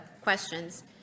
questions